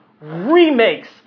remakes